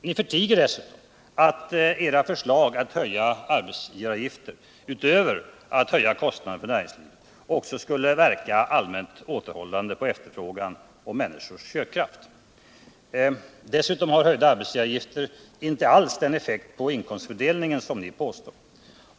Ni förtiger dessutom att era förslag att höja arbetsgivaravgiften utöver att höja kostnaderna för näringslivet också skulle verka allmänt återhållande på efterfrågan och människors köpkraft. Höjda arbetsgivaravgifter har inte alls den effekt på inkomstfördelningen som ni påstår.